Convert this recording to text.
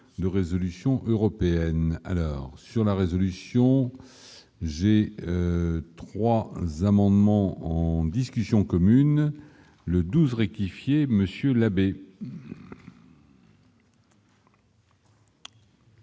de résolution européenne alors sur la résolution, j'ai 3 amendements en discussion commune le 12 rectifier, monsieur